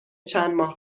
چندماه